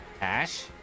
Ash